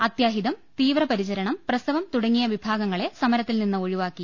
അത്യാഹിതം തീവ്രപരിചരണം പ്രസവം തുടങ്ങിയ വിഭാഗങ്ങളെ സമ രത്തിൽ നിന്ന് ഒഴിവാക്കി